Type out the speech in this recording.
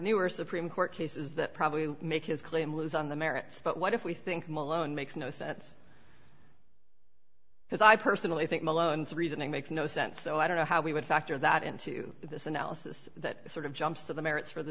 newer supreme court cases that probably make his claim lose on the merits but what if we think malone makes no sense because i personally think malone's reasoning makes no sense so i don't know how we would factor that into this analysis that sort of jumps to the merits for the